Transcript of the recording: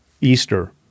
Easter